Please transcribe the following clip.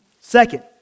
Second